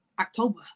October